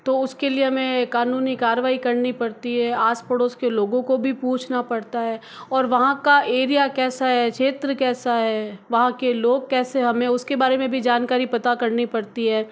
तो उसके लिए हमें कानूनी कार्यवाही करनी पड़ती है आस पड़ोस के लोगों को भी पूछना पड़ता है और वहाँ का एरिया कैसा है क्षेत्र कैसा है वहाँ के लोग कैसे हमे उसके बारे में भी जानकारी पता करनी पड़ती है